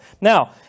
Now